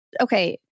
Okay